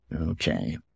okay